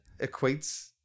equates